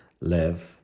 live